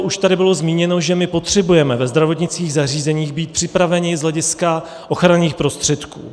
Už tady bylo zmíněno, že potřebujeme ve zdravotnických zařízeních být připraveni z hlediska ochranných prostředků.